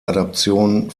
adaption